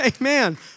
Amen